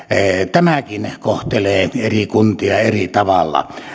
tämäkin kohtelee eri kuntia eri tavalla